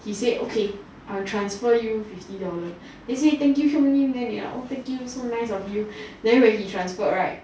he said okay I'll transfer you fifty dollar they say thank you so nice of you then when he transferred right